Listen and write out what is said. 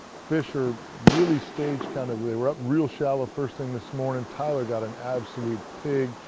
fish are really staged kind of they were up real shallow first thing this morning. tyler got an absolute pig.